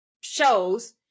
shows